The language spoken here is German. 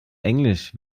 englisch